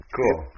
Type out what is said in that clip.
Cool